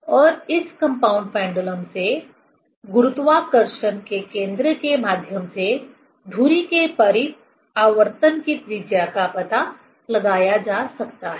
और इस compound pendulum से गुरुत्वाकर्षण के केंद्र के माध्यम से धुरी के परित आवर्तन की त्रिज्या का पता लगाया जा सकता है